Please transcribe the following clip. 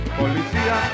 policía